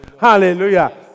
hallelujah